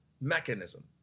mechanism